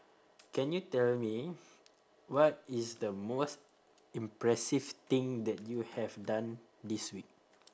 can you tell me what is the most impressive thing that you have done this week